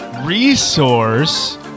resource